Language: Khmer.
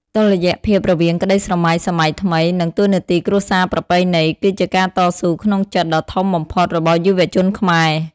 តុល្យភាពរវាងក្តីស្រមៃសម័យថ្មី និងតួនាទីគ្រួសារប្រពៃណី គឺជាការតស៊ូក្នុងចិត្តដ៏ធំបំផុតរបស់យុវជនខ្មែរ។